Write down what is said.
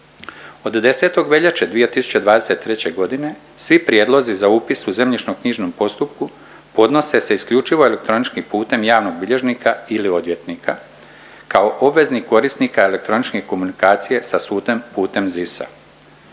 Od 10. veljače 2023.g. svi prijedlozi za upis u zemljišno-knjižnom postupku podnose se isključivo elektroničkim putem javnog bilježnika ili odvjetnika, kao obveznih korisnika elektronične komunikacije sa sudom putem ZIS-a.